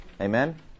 Amen